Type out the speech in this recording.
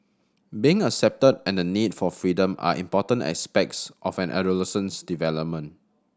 being accepted and the need for freedom are important aspects of an adolescent's development